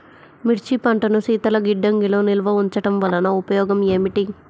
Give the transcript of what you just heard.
మిర్చి పంటను శీతల గిడ్డంగిలో నిల్వ ఉంచటం వలన ఉపయోగం ఏమిటి?